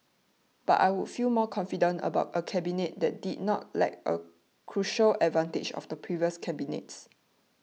but I would feel more confident about a Cabinet that did not lack a crucial advantage of the previous cabinets